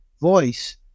voice